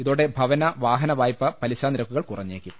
ഇതോടെ ഭവന വാഹന വായ്പാ പലിശ നിരക്കുകൾ കുറഞ്ഞേക്കും